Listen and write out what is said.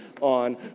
on